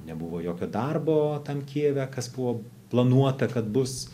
nebuvo jokio darbo tam kijeve kas buvo planuota kad bus